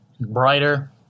brighter